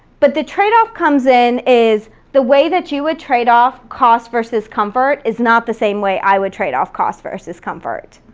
but the trade-off comes in is the way that you would trade off cost versus comfort is not the same way i would trade off cost versus comfort.